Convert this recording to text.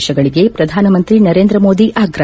ದೇಶಗಳಿಗೆ ಪ್ರಧಾನಮಂತ್ರಿ ನರೇಂದ್ರ ಮೋದಿ ಆಗ್ರಹ